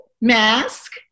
mask